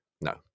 No